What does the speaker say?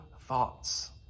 thoughts